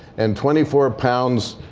and twenty four pounds